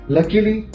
Luckily